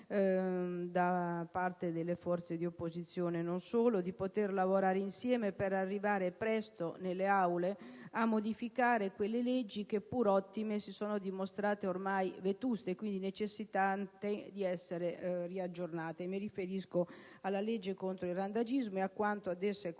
da parte delle forze di opposizione, e non solo, a lavorare insieme per arrivare presto nelle Aule parlamentari a modificare quelle leggi che, pur ottime, si sono dimostrate ormai vetuste, quindi necessitanti di essere aggiornate. Mi riferisco alla legge contro il randagismo e a quanto ad essa è